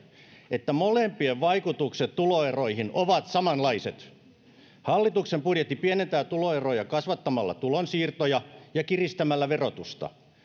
että molempien vaikutukset tuloeroihin ovat samanlaiset hallituksen budjetti pienentää tuloeroja kasvattamalla tulonsiirtoja ja kiristämällä verotusta